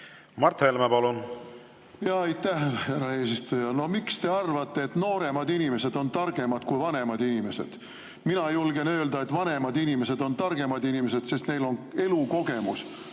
Eestit üle võtta. Aitäh, härra eesistuja! No miks te arvate, et nooremad inimesed on targemad kui vanemad inimesed? Mina julgen öelda, et vanemad inimesed on targemad inimesed, sest neil on elukogemus